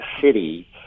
city